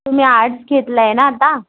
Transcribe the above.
तुम्ही आर्टस् घेतलं आहे ना आता